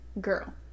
girl